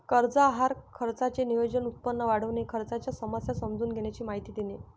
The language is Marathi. कर्ज आहार खर्चाचे नियोजन, उत्पन्न वाढविणे, खर्चाच्या समस्या समजून घेण्याची माहिती देणे